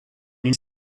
une